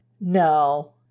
no